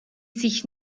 sich